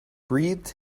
breathed